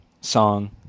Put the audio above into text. song